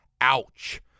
Ouch